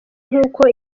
nkuko